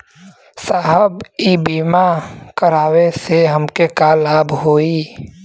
साहब इ बीमा करावे से हमके का लाभ होई?